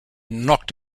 knocked